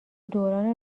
دوران